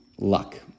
luck